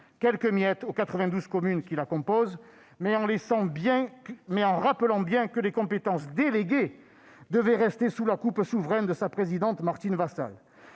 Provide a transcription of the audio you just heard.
quatre-vingt-douze communes qui la composent, mais en rappelant bien que les compétences déléguées devaient rester sous la coupe souveraine de sa présidente, Martine Vassal.